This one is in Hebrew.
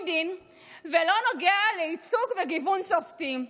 דין ולא נוגע לייצוג וגיוון שופטים.